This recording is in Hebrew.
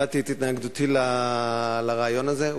הבעתי את התנגדותי לרעיון הזה.